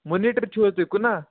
monitor چھُو حظ تُہۍ کٕنان